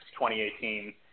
2018